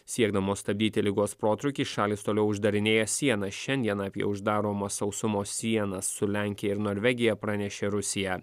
siekdamos stabdyti ligos protrūkį šalys toliau uždarinėja sienas šiandien apie uždaromas sausumos sienas su lenkija ir norvegija pranešė rusija